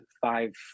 five